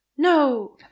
No